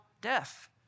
death